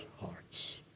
hearts